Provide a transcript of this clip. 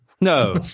No